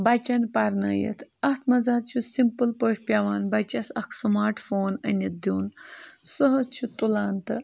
بَچَن پَرنٲیِتھ اَتھ منٛز حظ چھُ سِمپٕل پٲٹھۍ پٮ۪وان بَچَس اَکھ سٕماٹ فون أنِتھ دیُن سُہ حظ چھُ تُلان تہٕ